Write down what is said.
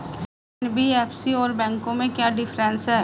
NBFC और बैंकों में क्या डिफरेंस है?